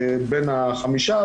בין החמישה,